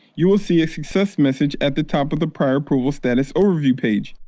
you will see a success message at the top of the prior approval status overview page.